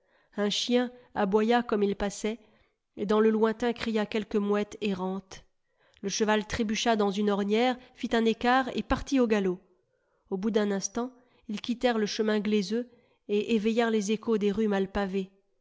un chien aboya comme ils passaient et dans le lointain cria quelque mouette errante le cheval trébucha dans une ornière ht un écart et partit au galop au bout d'un instant ils quittèrent le chemin glaiseux et éveillèrent les échos des rues mal pavées